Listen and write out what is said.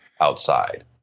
outside